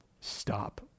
Stop